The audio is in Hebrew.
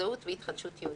זהות והתחדשות יהודית.